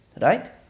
right